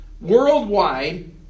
worldwide